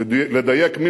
כדי לדייק,